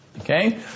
Okay